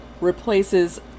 replaces